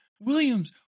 Williams